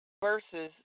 versus